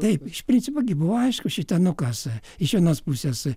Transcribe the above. taip iš principo gi buvo aišku šita nu kas iš vienos pusės